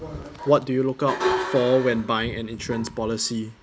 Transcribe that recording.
what do you look out for when buying an insurance policy